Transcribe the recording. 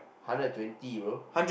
hundred twenty bro